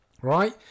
right